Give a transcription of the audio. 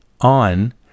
on